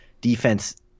defense